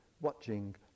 watching